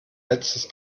letztes